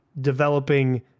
developing